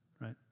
Right